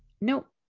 nope